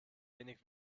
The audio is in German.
wenig